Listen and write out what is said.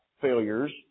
failures